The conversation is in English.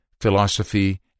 philosophy